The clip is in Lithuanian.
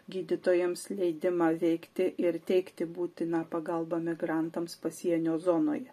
gydytojams leidimą veikti ir teikti būtiną pagalbą migrantams pasienio zonoje